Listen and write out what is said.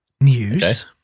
News